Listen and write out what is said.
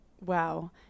Wow